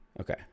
Okay